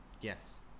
Yes